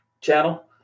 channel